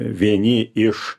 vieni iš